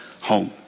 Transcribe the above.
home